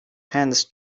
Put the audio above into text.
hands